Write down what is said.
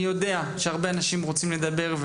אני יודע שהרבה אנשים רוצים לדבר.